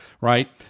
Right